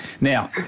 Now